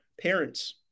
parents